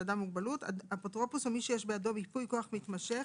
של אדם עם מוגבלות: "נציג" - אפוטרופוס או מי שיש בידו ייפוי כוח מתמשך